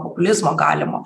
populizmo galimo